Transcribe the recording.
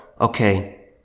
okay